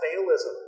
fatalism